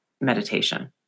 meditation